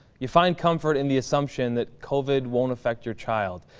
you find comfort in the assumption that covid won't affect your child,